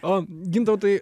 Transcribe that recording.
o gintautai